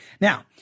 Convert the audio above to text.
Now